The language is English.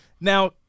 now